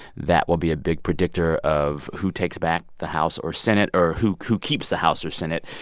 that will be a big predictor of who takes back the house or senate or who who keeps the house or senate.